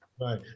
Right